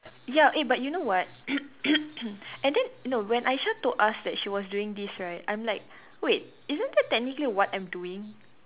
ya eh but you know what and then no when Aishah told us she was doing this right I'm like wait isn't that technically what I'm doing